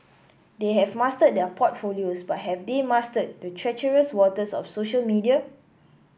they have mastered their portfolios but have they mastered the treacherous waters of social media